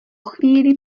chvíli